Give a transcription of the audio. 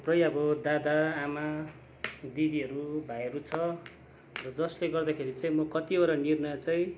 थुप्रै अब दादा आमा दिदीहरू भाइहरू छ र जसले गर्दाखेरि चाहिँ म कतिवटा निर्णय चाहिँ